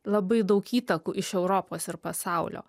labai daug įtakų iš europos ir pasaulio